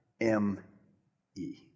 M-E